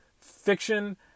fiction